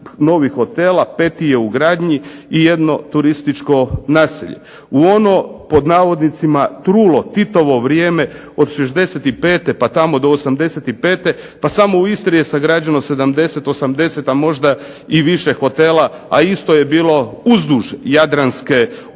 novih hotela, 5 ih je u gradnji, i jedno turističko naselje. U ono pod navodnicima trulo Titovo vrijeme od '65., pa tamo do '85. pa samo u Istri je sagrađeno 70, 80, a možda i više hotela, a isto je bilo uzduž Jadranske obale,